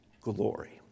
glory